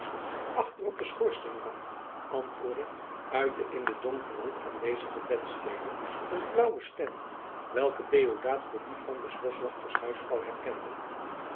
achter op den schoorsteenrand antwoordde uit de in den donkeren hoek aanwezige bedstede een flauwe stem welke deodaat voor die van des boschwachters huisvrouw herkende